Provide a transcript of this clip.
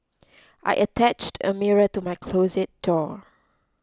I attached a mirror to my closet door